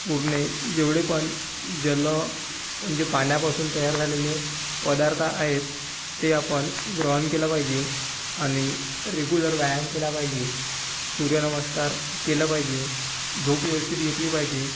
पूर्णे जेवढे पण जल म्हणजे पाण्यापासून तयार झालेले पदार्थ आहेत ते आपण ग्रहण केलं पाहिजे आणि रेगुलर व्यायाम केला पाहिजे सूर्य नमस्कार केलं पायजे झोप व्यवस्थित घेतली पाहिजे